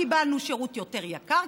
קיבלנו שירות יותר יקר,